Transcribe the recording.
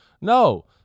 No